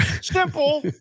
simple